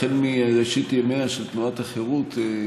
החל מראשית ימיה של תנועת חרות,